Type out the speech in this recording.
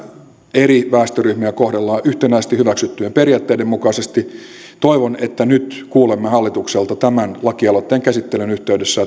eri väestöryhmiä kohdellaan yhtenäisesti hyväksyttyjen periaatteiden mukaisesti toivon että nyt kuulemme hallitukselta tämän lakialoitteen käsittelyn yhteydessä